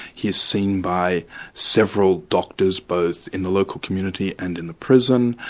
he is seen by several doctors, both in the local community and in the prison,